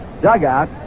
dugout